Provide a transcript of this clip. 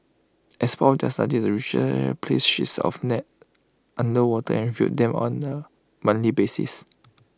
as part of their study the researcher place sheets of net underwater and review them on A monthly basis